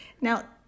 Now